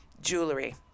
jewelry